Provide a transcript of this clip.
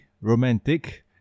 romantic